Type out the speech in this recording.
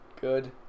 good